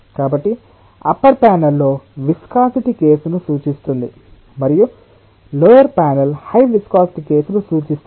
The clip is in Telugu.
కాబట్టి అప్పర్ ప్యానెల్ లో విస్కాసిటి కేసును సూచిస్తుంది మరియు లోయర్ ప్యానెల్ హై విస్కాసిటి కేసును సూచిస్తుంది